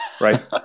right